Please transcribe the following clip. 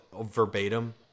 verbatim